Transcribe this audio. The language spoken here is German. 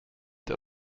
der